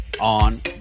on